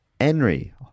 Henry